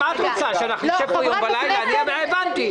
לגבי יוצאי אתיופיה, אני רוצה להראות פעולות